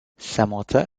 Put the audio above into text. samantha